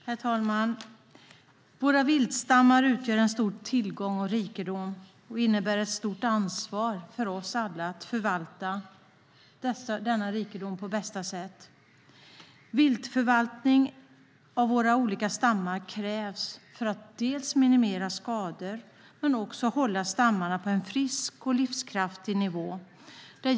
Herr talman! Våra viltstammar utgör en stor tillgång och rikedom. Det innebär ett stort ansvar för oss alla att förvalta denna rikedom på bästa sätt. Viltförvaltning av våra olika stammar krävs för att minimera skador men också för att hålla stammarna på en frisk och livskraftig nivå.